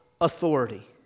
authority